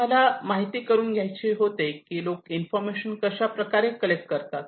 आम्हाला माहिती करून घ्यायचे होते की लोक इन्फॉर्मेशन कशाप्रकारे कलेक्ट करतात